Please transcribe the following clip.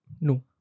No